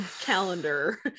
calendar